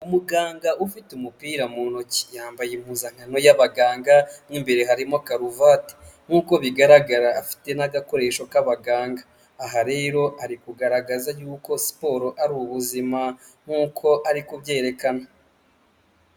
Umuganga ufite umupira mu ntoki, yambaye impuzankano y'abaganga mo imbere harimo karuvati nk'uko bigaragara afite n'agakoresho k'abaganga, aha rero ari kugaragaza yuko siporo ari ubuzima nk'uko ari kubyerekana.